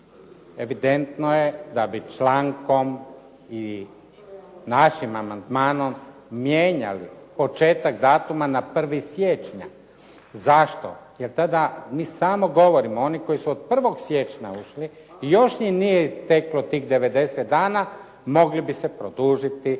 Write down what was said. evidentno je da bi člankom i našim amandmanom mijenjali početak datuma na 1. siječnja. Zašto? Jer tada mi samo govorimo oni koji su od 1. siječnja ušli i još im nije teklo tih 90 dana mogli bi se produžiti